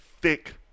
thick